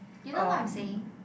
you know what I'm saying